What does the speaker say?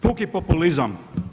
Puki populizam.